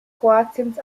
kroatiens